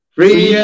Free